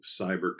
cyber